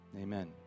Amen